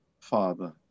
Father